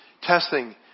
testing